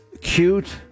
Cute